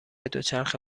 دوچرخه